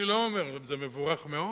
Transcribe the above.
אני לא אומר, זה מבורך מאוד.